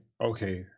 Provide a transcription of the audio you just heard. okay